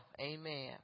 amen